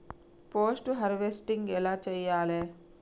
Post harvesting ఎలా చెయ్యాలే?